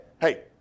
hey